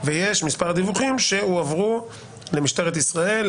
יש מספר דיווחים שהועברו למשטרת ישראל,